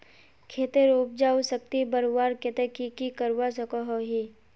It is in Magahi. खेतेर उपजाऊ शक्ति बढ़वार केते की की करवा सकोहो ही?